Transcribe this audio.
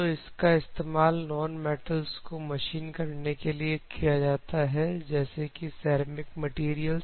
तो इसका इस्तेमाल नॉन मेटल्सको मशीन करने के लिए किया जाता है जैसे कि सेरेमिक मैटेरियल्स